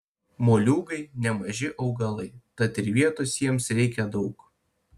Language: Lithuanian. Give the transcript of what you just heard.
moliūgai nemaži augalai tad ir vietos jiems reikia daug